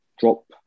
drop